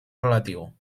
relatiu